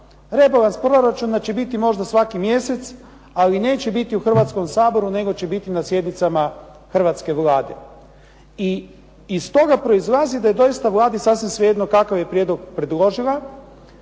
Rebalans proračuna će biti možda svaki mjesec ali neće biti u Hrvatskom saboru nego će biti na sjednicama hrvatske Vlade. Iz toga proizlazi da je doista Vladi sasvim svejedno kakav je prijedlog predložila.